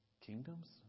kingdoms